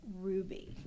ruby